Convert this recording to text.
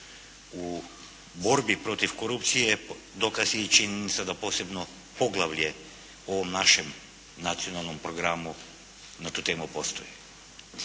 u borbi protiv korupcije dokaz je i činjenica da posebno poglavlje u ovom našem nacionalnom programu na tu temu postoji.